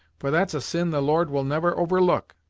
for that's a sin the lord will never overlook.